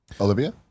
Olivia